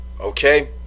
okay